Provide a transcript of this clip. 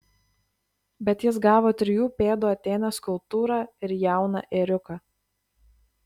bet jis gavo trijų pėdų atėnės skulptūrą ir jauną ėriuką